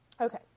Okay